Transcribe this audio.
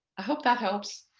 i hope that helps.